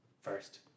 first